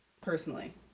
personally